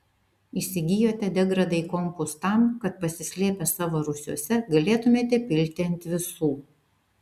įsigijote degradai kompus tam kad pasislėpę savo rūsiuose galėtumėte pilti ant visų